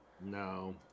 No